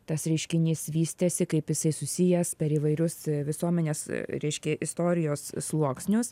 tas reiškinys vystėsi kaip jisai susijęs per įvairius visuomenės reiškia istorijos sluoksnius